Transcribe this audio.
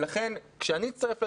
לכן כשאני אצטרף לדיונים,